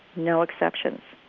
no exceptions.